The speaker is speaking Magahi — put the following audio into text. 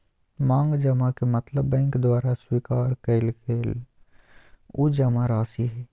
मांग जमा के मतलब बैंक द्वारा स्वीकार कइल गल उ जमाराशि हइ